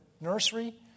nursery